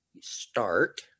start